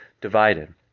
divided